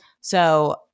So-